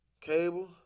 cable